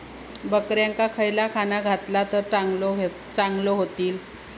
बकऱ्यांका खयला खाणा घातला तर चांगल्यो व्हतील?